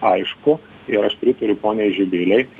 aišku ir aš pritariu poniai živilei